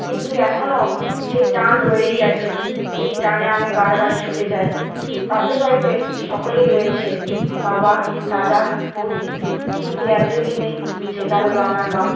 কিন্তু এখনও সেই টান রয়েই গেছে যেই টানে আমি বারবার ছুটে যাই বাপের বাড়িতে সকলেই রয়েছে বাবা দাদা বৌদি কিন্তু একজনই নেই সেটা হলো আমার মা